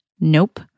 Nope